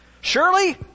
Surely